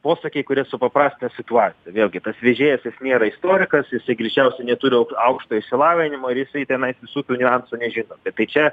posakiai kurie supaprastina situaciją vėlgi tas vežėjas jis nėra istorikas jisai greičiausiai neturi aukštojo išsilavinimo ir jisai tenai visokių niuansų nežino tai čia